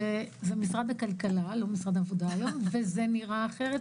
שזה משרד הכלכלה ולא משרד העבודה היום וזה נראה אחרת,